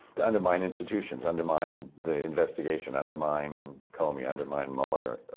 to undermine institutions, undermine the investigation, undermine comey, undermine mueller,